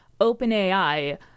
OpenAI